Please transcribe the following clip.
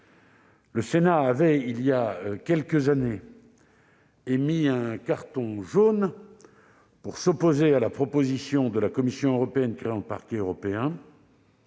Le Sénat avait, il y a quelques années, émis un « carton jaune » pour s'opposer à la proposition de la Commission européenne créant le Parquet européen.